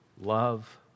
love